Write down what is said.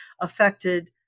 affected